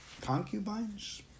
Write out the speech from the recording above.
Concubines